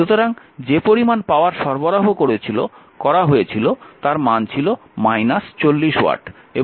সুতরাং যে পরিমান পাওয়ার সরবরাহ করা হয়েছিল তার মান ছিল 40 ওয়াট